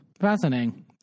Fascinating